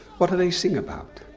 what do they sing about?